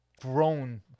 grown